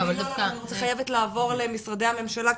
אני חייבת לעבור למשרדי הממשלה.